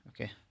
Okay